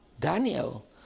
Daniel